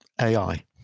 AI